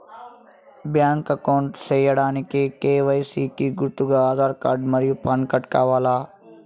Bank account సేయడానికి KYC కి గుర్తుగా ఆధార్ కార్డ్ మరియు పాన్ కార్డ్ కావాలా?